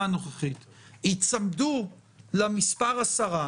הנוכחית: היצמדו למספר עשרה,